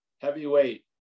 heavyweight